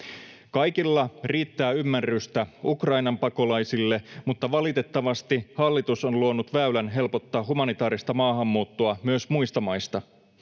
Kaikilla riittää ymmärrystä Ukrainan pakolaisille, mutta valitettavasti hallitus on luonut väylän helpottaa humanitaarista maahanmuuttoa myös muista maista.